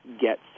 get